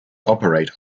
operate